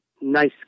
Nice